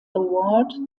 award